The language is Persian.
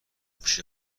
پیش